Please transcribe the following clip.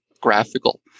graphical